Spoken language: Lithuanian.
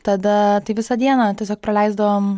tada tai visą dieną tiesiog praleisdavom